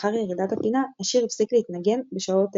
לאחר ירידת הפינה, השיר הפסיק להתנגן בשעות האלה.